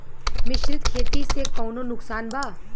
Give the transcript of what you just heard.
मिश्रित खेती से कौनो नुकसान बा?